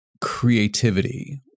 creativity